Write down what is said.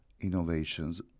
innovations